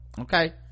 okay